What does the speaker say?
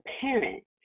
parent